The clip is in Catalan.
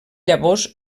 llavors